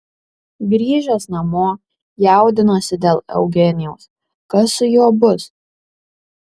grįžęs namo jaudinosi dėl eugenijaus kas su juo bus